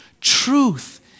Truth